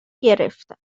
گرفتن